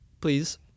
please